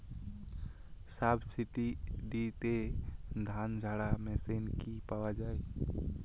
সাবসিডিতে ধানঝাড়া মেশিন কি পাওয়া য়ায়?